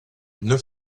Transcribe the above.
neuf